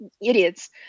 idiots